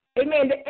amen